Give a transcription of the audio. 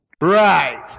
Right